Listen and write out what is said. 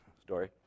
story